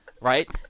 right